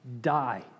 die